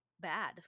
bad